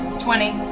twenty.